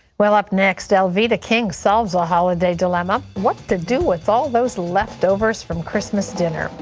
well up next, alveda king solves a holiday dilemma, what to do with all those leftovers from christmas dinner.